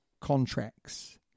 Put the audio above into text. contracts